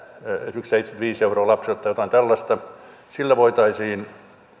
esimerkiksi seitsemänkymmentäviisi euroa lapselle tai jotain tällaista sillä voitaisiin hieman